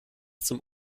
zum